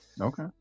okay